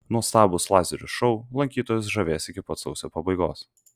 nuostabūs lazerių šou lankytojus žavės iki pat sausio pabaigos